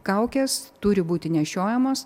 kaukės turi būti nešiojamos